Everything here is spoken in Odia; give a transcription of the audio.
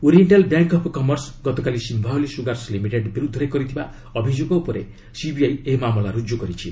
ଓରିଏକ୍କାଲ୍ ବ୍ୟାଙ୍କ୍ ଅଫ୍ କମର୍ସ ଗତକାଲି ସିୟାଓଲି ସୁଗାରସ୍ ଲିମିଟେଡ୍ ବିରୁଦ୍ଧରେ କରିଥିବା ଅଭିଯୋଗ ଉପରେ ସିବିଆଇ ଏହି ମାମଲା ରୁଜୁ କରିଛି